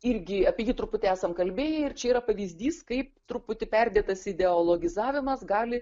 irgi apie jį truputį esam kalbėję ir čia yra pavyzdys kaip truputį perdėtas ideologizavimas gali